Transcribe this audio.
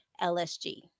LSG